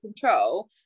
control